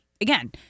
again